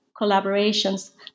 collaborations